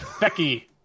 Becky